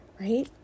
right